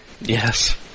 yes